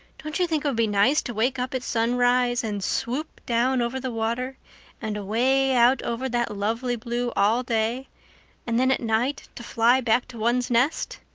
don't you think it would be nice to wake up at sunrise and swoop down over the water and away out over that lovely blue all day and then at night to fly back to one's nest?